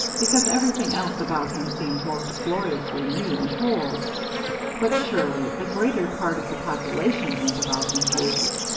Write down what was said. because everything else about him seemed most gloriously new and whole but surely, the greater part of the population went about in holes.